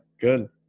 good